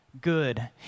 good